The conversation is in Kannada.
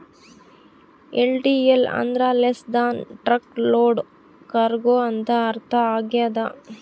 ಎಲ್.ಟಿ.ಎಲ್ ಅಂದ್ರ less than truck load cargo ಅಂತ ಅರ್ಥ ಆಗ್ಯದ